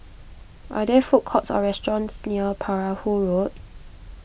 are there food courts or restaurants near Perahu Road